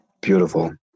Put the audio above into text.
beautiful